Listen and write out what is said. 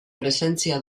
presentzia